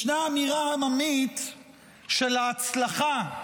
ישנה אמירה עממית של ההצלחה,